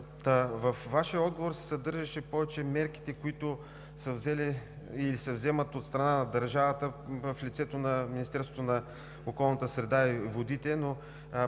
Във Вашия отговор се съдържаха повече мерките, които са взети и се вземат от страна на държавата в лицето на Министерството на околната среда и водите, но